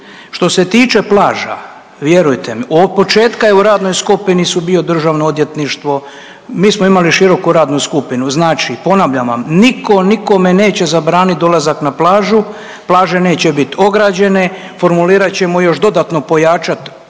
Što se tiče plaža, vjerujte mi, od početka je u radnoj skupini su bio DORH, mi smo imali široku radnu skupinu, znači, ponavljam vam, nitko nikome neće zabraniti dolazak na plažu, plaže neće biti ograđene, formirat ćemo još dodatno pojačati